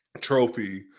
trophy